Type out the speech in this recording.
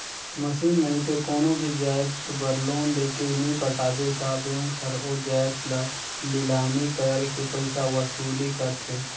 machine नइते कोनो भी जाएत बर लोन लेके नी पटाबे ता बेंक हर ओ जाएत ल लिलामी करके पइसा वसूली करथे